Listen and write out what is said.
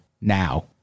now